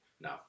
No